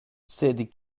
sed